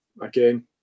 again